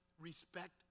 Respect